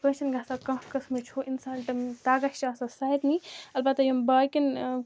کٲنٛسہِ چھےٚ نہٕ گَژھان کانٛہہ قٕسمٕچ ہو اِنسلٹ تگان چھُ آسان سارِنٕے اَلبتہٕ یِم باقِین